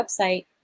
website